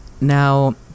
Now